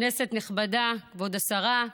כנסת נכבדה, כבוד השרה,